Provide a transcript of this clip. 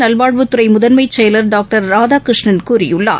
நல்வாழ்வுத்துறை முதன்மைச்செயலர் டாக்டர் ராதாகிருஷ்ணன் கூறியுள்ளார்